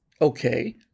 Okay